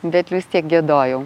bet vis tiek giedojau